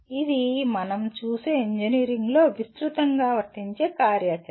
ఇది మనం చూసే ఇంజనీరింగ్లో విస్తృతంగా వర్తించే కార్యాచరణ